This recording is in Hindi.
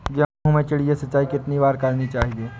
गेहूँ में चिड़िया सिंचाई कितनी बार करनी चाहिए?